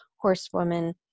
horsewoman